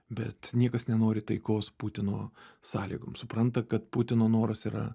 bet niekas nenori taikos putino sąlygom supranta kad putino noras yra